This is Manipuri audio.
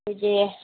ꯑꯩꯈꯣꯏꯁꯦ